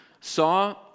saw